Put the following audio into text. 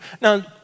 Now